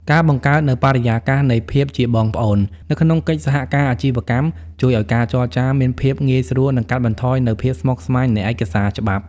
ការបង្កើតនូវបរិយាកាសនៃ "ភាពជាបងប្អូន" នៅក្នុងកិច្ចសហការអាជីវកម្ម ជួយឱ្យការចរចាមានភាពងាយស្រួល និងកាត់បន្ថយនូវភាពស្មុគស្មាញនៃឯកសារច្បាប់។